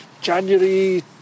January